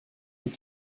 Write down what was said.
est